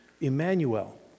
Emmanuel